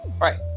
Right